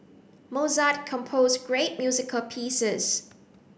Mozart composed great musical pieces